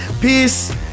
peace